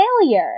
failure